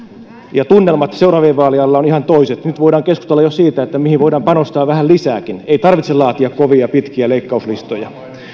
ja tunnelma seuraavien vaalien alla on ihan toinen nyt voidaan keskustella jo siitä mihin voidaan panostaa vähän lisääkin ei tarvitse laatia kovia pitkiä leikkauslistoja